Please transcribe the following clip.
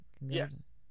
Yes